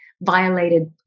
violated